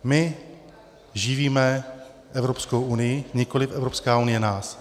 My živíme Evropskou unii, nikoliv Evropská unie nás.